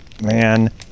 man